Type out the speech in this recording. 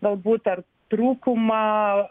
galbūt ar trūkumą